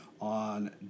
on